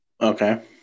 Okay